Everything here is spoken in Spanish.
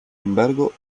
embargo